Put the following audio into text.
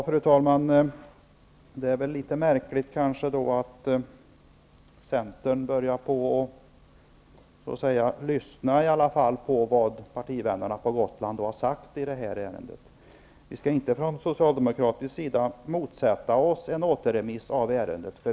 Fru talman! Det är litet märkligt att Centern börjar lyssna på vad partivännerna på Gotland har sagt i det här ärendet. Vi skall från socialdemokratisk sida inte motsätta oss en återemiss av ärendet.